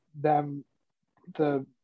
them—the